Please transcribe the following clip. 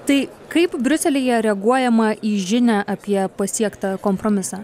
tai kaip briuselyje reaguojama į žinią apie pasiektą kompromisą